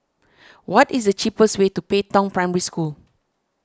what is the cheapest way to Pei Tong Primary School